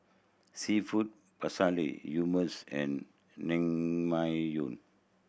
Seafood Paella Hummus and Naengmyeon